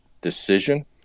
decision